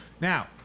Now